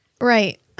Right